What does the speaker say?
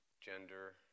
gender